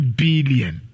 billion